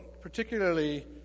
particularly